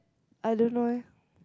I don't know eh